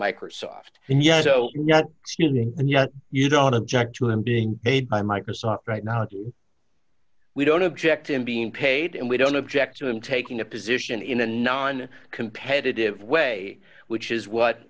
microsoft and yet so not and yet you don't object to him being made by microsoft right now we don't object to him being paid and we don't object to him taking a position in a non competitive way which is what